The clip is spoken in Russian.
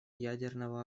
ядерного